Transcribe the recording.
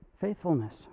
Faithfulness